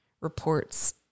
reports